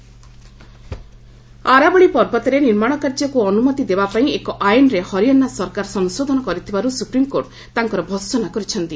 SC Haryana ଆରାବଳୀ ପର୍ବତରେ ନିର୍ମାଣକାର୍ଯ୍ୟକୁ ଅନୁମତି ଦେବା ପାଇଁ ଏକ ଆଇନ୍ରେ ହରିଆନା ସରକାର ସଂଶୋଧନ କରିଥିବାରୁ ସୁପ୍ରିମକୋର୍ଟ ତାଙ୍କର ଭସନା କରିଛନ୍ତି